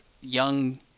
young